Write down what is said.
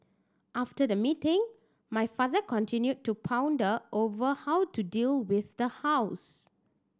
after the meeting my father continued to ponder over how to deal with the house